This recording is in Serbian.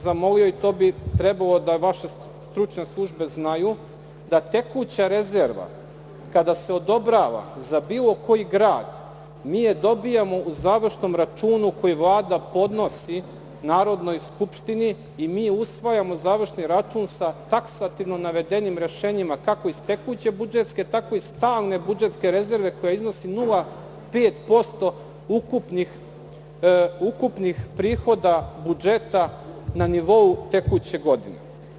Zamolio bih vas, i to bi trebalo da vaše stručne službe znaju, da tekuća rezerva kada se odobrava za bilo koji grad, mi je dobijamo u završnom računu koji Vlada podnosi Narodnoj skupštini i mi završni račun usvajamo sa taksativno navedenim rešenjima kako iz tekuće budžetske, tako i iz stalne budžetske rezerve koja iznosi 0,5% ukupnih prihoda budžeta na nivou tekuće godine.